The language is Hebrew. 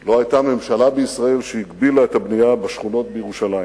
לא היתה ממשלה בישראל שהגבילה את הבנייה בשכונות בירושלים,